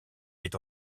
est